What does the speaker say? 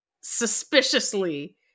Suspiciously